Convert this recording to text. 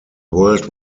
world